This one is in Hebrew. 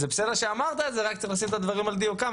זה בסדר שאמרת את זה אבל צריך לשים דברים על דיוקם,